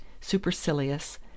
supercilious